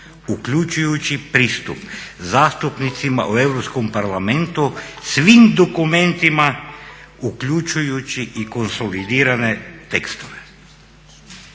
uključujući pristup zastupnicima u Europskom parlamentu svim dokumentima uključujući i konsolidirane tekstove.